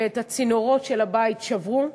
את הצינורות של הבית שברו.